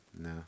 no